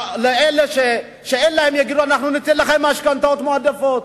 לאלה שאין להם: ניתן לכם משכנתאות מועדפות,